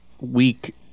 week